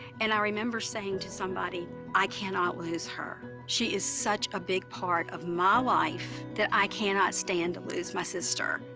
and i remember saying to somebody, i cannot lose her. she is such a big part of my life that i cannot stand to lose my sister.